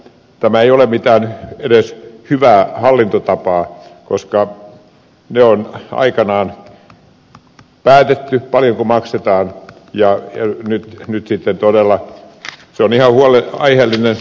tämä ei ole edes mitään hyvää hallintotapaa koska on aikanaan päätetty paljonko maksetaan ja nyt sitten todella on ihan aiheellinen huoli ed